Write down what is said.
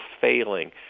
failing